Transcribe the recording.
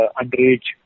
underage